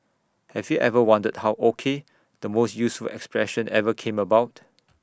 have you ever wondered how O K the most useful expression ever came about